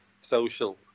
social